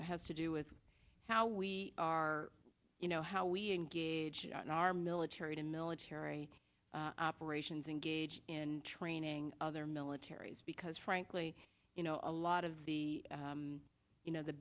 know has to do with how we are you know how we engage in our military to terry operations engage in training other militaries because frankly you know a lot of the you know the